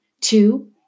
two